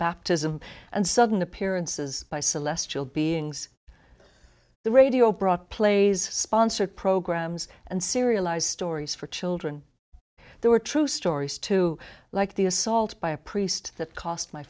baptism and sudden appearances by celestial beings the radio brought plays sponsored programs and serialized stories for children there were true stories too like the assault by a priest that cost my